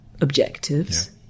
objectives